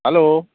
hello